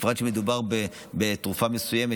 בפרט שמדובר בתרופה מסוימת,